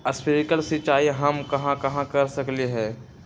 Sprinkle सिंचाई हम कहाँ कहाँ कर सकली ह?